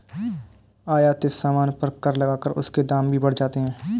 आयातित सामान पर कर लगाकर उसके दाम भी बढ़ जाते हैं